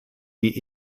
die